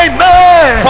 Amen